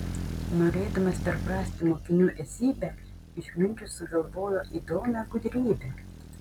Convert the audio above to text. norėdamas perprasti mokinių esybę išminčius sugalvojo įdomią gudrybę